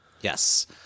yes